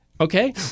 Okay